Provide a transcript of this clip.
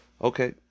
Okay